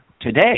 today